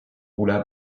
roula